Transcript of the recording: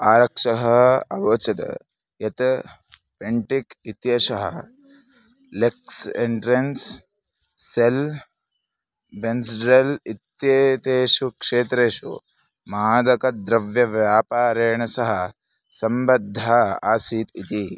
आरक्षकः अवोचद् यत् पेण्टिक् इत्येषः लेक्स् एण्ट्रेन्स् सेल् वेन्स्ड्रेल् इत्येतेषु क्षेत्रेषु मादकद्रव्यव्यापारेण सह सम्बद्धः आसीत् इति